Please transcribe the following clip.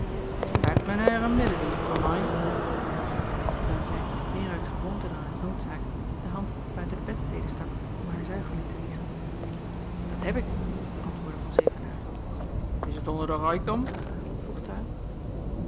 men haier een minnedienst voor main vroeg mietje terwijl zij meer uit gewoonte dan uit noodzaak de hand buiten de bedstede stak om haar zuigeling te wiegen dat heb ik antwoordde van zevenaer is het onder den raikdom vroeg